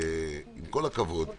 שעם כל הכבוד,